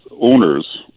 owners